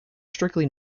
strictly